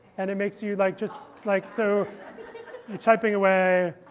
and it makes you like just like so you're typing away.